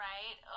Right